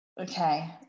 Okay